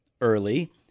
early